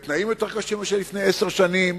בתנאים יותר קשים מאשר לפני עשר שנים,